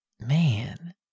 man